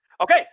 Okay